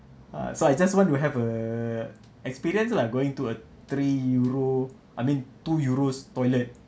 ah so I just want to have a experience lah going to a three euro I mean two euros toilet